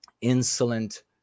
insolent